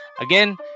Again